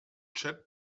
chat